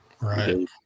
Right